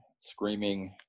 screaming